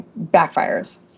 backfires